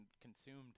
consumed